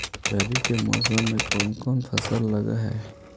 रवि के मौसम में कोन कोन फसल लग है?